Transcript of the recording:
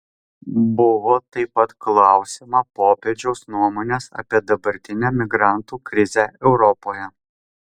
buvo taip pat klausiama popiežiaus nuomonės apie dabartinę migrantų krizę europoje